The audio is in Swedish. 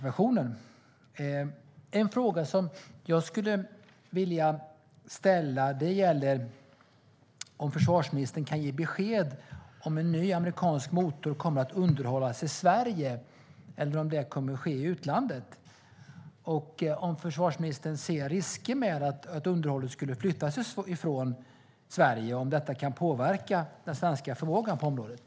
En fråga som jag skulle vilja ställa är om försvarsministern kan ge besked om en ny amerikansk motor kommer att underhållas i Sverige eller om det kommer att ske i utlandet och om försvarsministern ser risker med att underhållet skulle flyttas från Sverige. Kan det påverka den svenska förmågan på området?